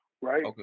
right